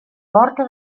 porta